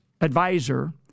advisor